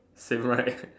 same right